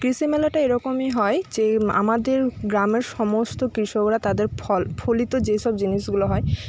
কৃষি মেলাটা এরকমই হয় যে আমাদের গ্রামের সমস্ত কৃষকরা তাদের ফল ফলিত যে সব জিনিষগুলো হয়